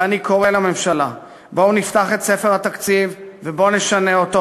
ואני קורא לממשלה: בואו נפתח את ספר התקציב ובואו נשנה אותו.